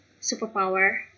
superpower